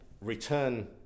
Return